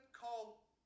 call